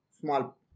small